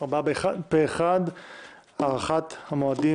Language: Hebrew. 4 נגד, אין נמנעים, אין הבקשה להארכת התקופה